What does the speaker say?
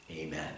amen